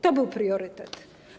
To był priorytet.